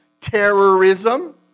terrorism